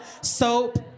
soap